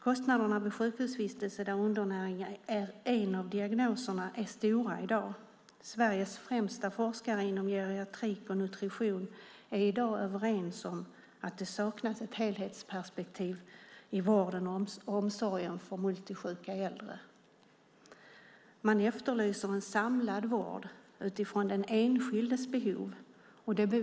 Kostnaderna för sjukhusvistelser där undernäring är en av diagnoserna är stora i dag. Sveriges främsta forskare inom geriatrik och nutrition är i dag överens om att det saknas ett helhetsperspektiv i vården av och omsorgen om multisjuka äldre. Man efterlyser en samlad vård utifrån den enskildes behov.